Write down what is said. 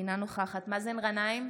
אינה נוכחת מאזן גנאים,